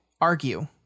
argue